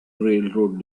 railroad